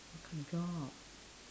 what kind of job